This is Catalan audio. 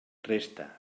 resta